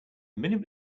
minute